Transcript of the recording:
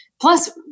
Plus